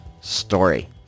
story